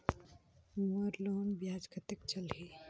मोर loan ब्याज कतेक चलही?